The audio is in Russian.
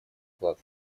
вклад